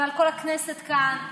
ועל כל הכנסת כאן.